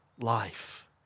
life